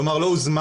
כלומר לא הוזמנתי,